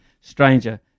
stranger